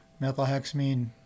methylhexamine